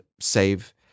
save